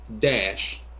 dash